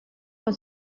con